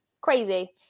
crazy